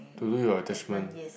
to do your attachment